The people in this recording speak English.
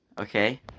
Okay